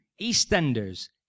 EastEnders